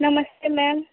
नमस्ते मैम